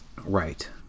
Right